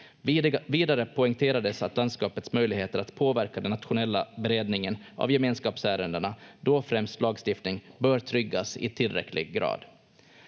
Vidare poängterades att landskapets möjligheter att påverka den nationella beredningen av gemenskapsärendena, då främst lagstiftning, bör tryggas i tillräcklig grad.